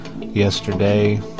yesterday